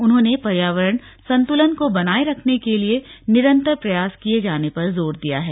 उन्होंने पर्यावरण संतुलन को बनाए रखने के लिए निरंतर प्रयास किए जाने पर जोर दिया है